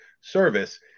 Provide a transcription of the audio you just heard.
service